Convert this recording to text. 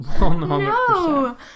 no